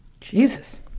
Jesus